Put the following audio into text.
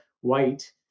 white